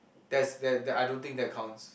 that's that that I don't think that counts